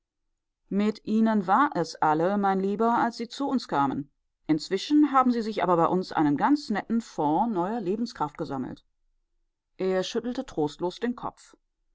mit ihnen war es alle mein lieber als sie zu uns kamen inzwischen haben sie sich aber bei uns einen ganz netten fonds neuer lebenskraft gesammelt er schüttelte trostlos den kopf